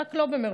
רק לא במירון.